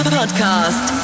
podcast